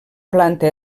planta